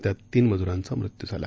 त्यात तीन मजूरांचा मृत्यू झाला